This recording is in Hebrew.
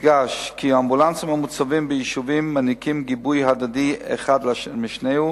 יודגש כי האמבולנסים המוצבים ביישובים מעניקים גיבוי הדדי אחד למשנהו